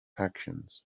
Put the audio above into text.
actions